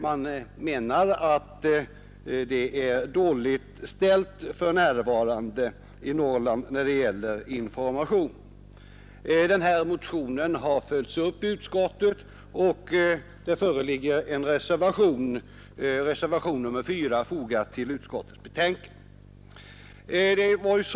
Man menar att det är dåligt ställt för närvarande när det gäller informationen om väderutsikterna för norra delen av vårt land. Den här motionen har följts upp i utskottet och det finns en reservation, nr 4, fogad till utskottets betänkande på denna punkt.